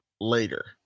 later